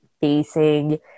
facing